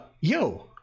yo